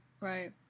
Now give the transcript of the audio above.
right